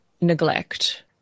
neglect